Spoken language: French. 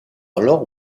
alors